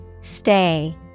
Stay